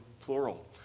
plural